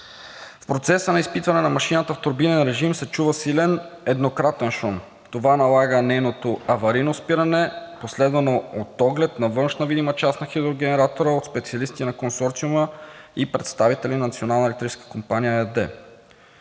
В процеса на изпитване на машината в турбинен режим се чува силен еднократен шум. Това налага нейното аварийно спиране, последвано от оглед на външна видима част на хидрогенератора от специалисти на консорциума и представители на „Национална електрическа компания“ ЕАД.